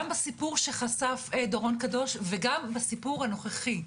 גם בסיפור שחשף דורון קדוש וגם בסיפור הנוכחי.